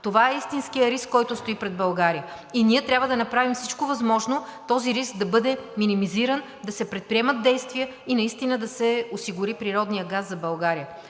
Това е истинският риск, който стои пред България. Ние трябва да направим всичко възможно този риск да бъде минимизиран, да се предприемат действия и наистина да се осигури природният газ за България.